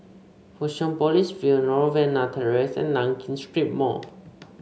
Fusionopolis View Novena Terrace and Nankin Street Mall